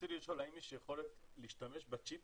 רציתי לשאול האם יש יכולת להשתמש בצ'יפ